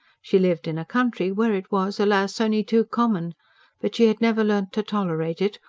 she lived in a country where it was, alas! only too common but she had never learnt to tolerate it,